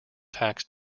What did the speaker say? tax